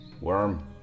Worm